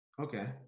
Okay